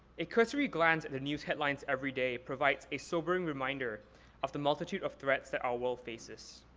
a cursory glance at the news headlines everyday provides a sobering reminder of the multitude of threats that our world faces.